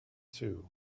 too